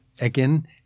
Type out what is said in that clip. again